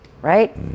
right